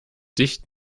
dicht